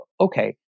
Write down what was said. okay